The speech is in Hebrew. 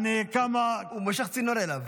יעני כמה --- הוא משך צינור אליו.